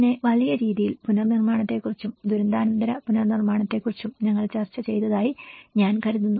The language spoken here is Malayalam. പിന്നെ വലിയ രീതിയിൽ പുനർനിർമ്മാണത്തെക്കുറിച്ചും ദുരന്താനന്തര പുനർനിർമ്മാണത്തെക്കുറിച്ചും ഞങ്ങൾ ചർച്ച ചെയ്തതായി ഞാൻ കരുതുന്നു